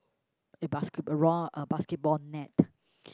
a basket a round a basketball net